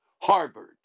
Harvard